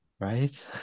right